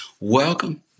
Welcome